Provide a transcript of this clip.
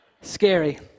Scary